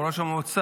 או ראש המועצה,